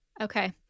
Okay